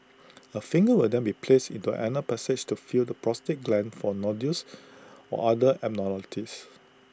A finger will then be placed into anal passage to feel the prostate gland for nodules or other abnormalities